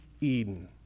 Eden